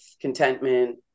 contentment